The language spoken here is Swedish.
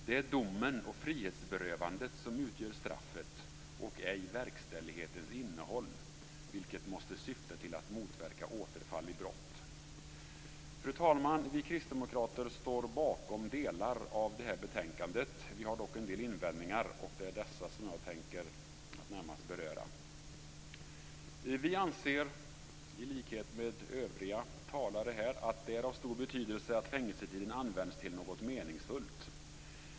Det är domen och frihetsberövandet som utgör straffet och ej verkställighetens innehåll, vilket måste syfta till att motverka återfall i brott. Fru talman! Vi kristdemokrater står bakom delar av detta betänkande. Vi har dock en del invändningar, och det är dessa som jag tänker närmast beröra. Vi anser, i likhet med övriga talare här, att det är av stor betydelse att fängelsetiden används till något meningsfullt.